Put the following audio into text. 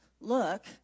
look